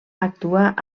actuar